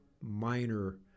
minor